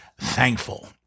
thankful